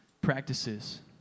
practices